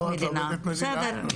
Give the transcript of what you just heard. שואלת מה בדיוק קורה שם,